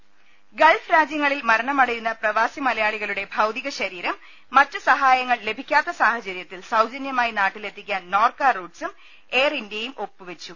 രുട്ട്ട്ട്ടറും gulf രാജ്യങ്ങളിൽ മരണമടയുന്ന പ്രവാസി മലയാളികളുടെ ഭൌതിക ശരീരം മറ്റു സഹായങ്ങൾ ലഭിക്കാത്ത് സാഹചര്യത്തിൽ സൌജന്യമായി നാട്ടിലെത്തിക്കാൻ നോർക്ക റൂട്ട്സും എയർ ഇന്ത്യയും ഒപ്പുവെച്ചു